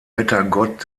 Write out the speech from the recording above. wettergott